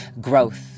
growth